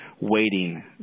waiting